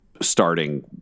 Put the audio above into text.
starting